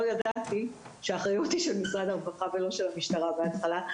ידעתי שהאחריות היא של משרד הרווחה ולא של המשטרה בהתחלה,